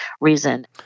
reason